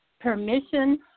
permission